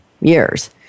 years